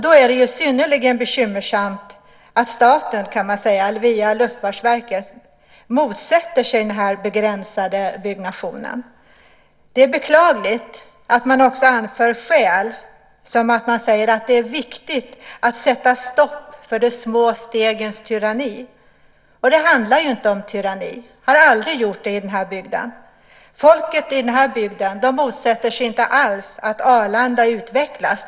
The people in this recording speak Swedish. Då är det synnerligen bekymmersamt att staten, kan man säga, via Luftfartsverket, motsätter sig den här begränsade byggnationen. Det är beklagligt att man anför skäl som att det är viktigt att sätta stopp för de små stegens tyranni. Det handlar ju inte om tyranni och har aldrig gjort det i den här bygden. Folket i den här bygden motsätter sig inte alls att Arlanda utvecklas.